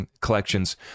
collections